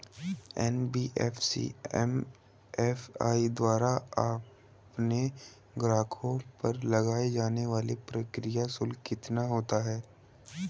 NBFC MFI द्वारा अपने ग्राहकों पर लगाए जाने वाला प्रक्रिया शुल्क कितना होता है?